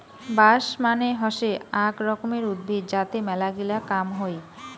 বাঁশ মানে হসে আক রকমের উদ্ভিদ যাতে মেলাগিলা কাম হই